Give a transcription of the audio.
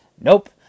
nope